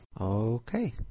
Okay